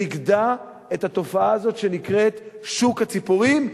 נגדע את התופעה הזאת שנקראת "שוק הציפורים",